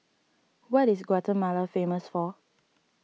what is Guatemala famous for